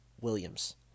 Williams